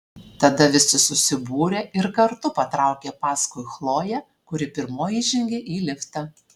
tada visi susibūrė ir kartu patraukė paskui chloję kuri pirmoji įžengė į liftą